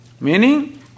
meaning